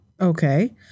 Okay